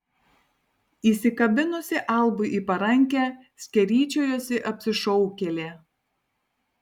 įsikabinusi albui į parankę skeryčiojosi apsišaukėlė